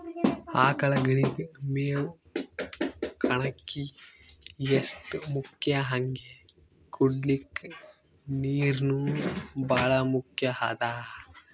ಆಕಳಗಳಿಗ್ ಮೇವ್ ಕಣಕಿ ಎಷ್ಟ್ ಮುಖ್ಯ ಹಂಗೆ ಕುಡ್ಲಿಕ್ ನೀರ್ನೂ ಭಾಳ್ ಮುಖ್ಯ ಅದಾ